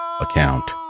account